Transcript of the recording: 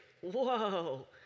whoa